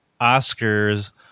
Oscars